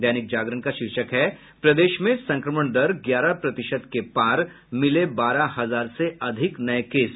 दैनिक जागरण का शीर्षक है प्रदेश में संक्रमण दर ग्यारह प्रतिशत के पार मिले बारह हजार से अधिक नए केस